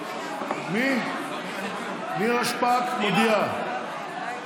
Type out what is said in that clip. נירה שפק מודיעה.